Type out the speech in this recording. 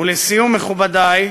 ולסיום, מכובדי,